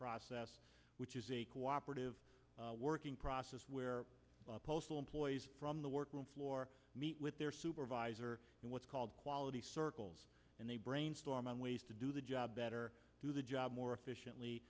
process which is a cooperative working process where postal employees from the work will floor meet with their supervisor and what's called quality circles and they brainstorm on ways to do the job better do the job more efficiently